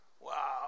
Wow